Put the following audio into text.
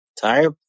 tire